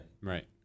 Right